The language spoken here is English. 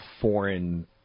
foreign